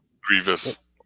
Grievous